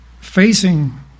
facing